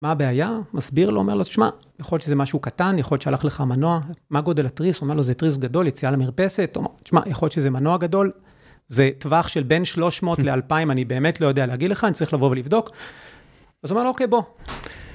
מה הבעיה? מסביר לו, אומר לו, תשמע, יכול להיות שזה משהו קטן, יכול להיות שהלך לך מנוע, מה גודל התריס? אומר לו, זה תריס גדול, יציאה למרפסת, תשמע, יכול להיות שזה מנוע גדול, זה טווח של בין 300 ל-2000, אני באמת לא יודע להגיד לך, אני צריך לבוא ולבדוק. אז הוא אומר לו, אוקיי, בוא.